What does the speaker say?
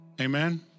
Amen